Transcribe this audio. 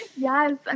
Yes